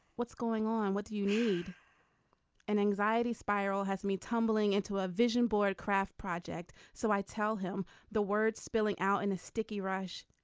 what's going on. what do you need an anxiety spiral has me tumbling into a vision board craft project. so i tell him the words spilling out in a sticky rush.